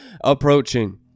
approaching